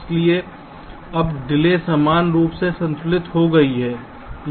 इसलिए अब डिले समान रूप से संतुलित हो रही है